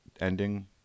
ending